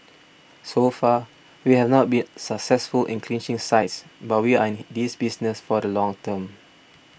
so far we have not been successful in clinching sites but we are in this business for the long term